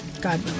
god